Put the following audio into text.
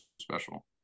special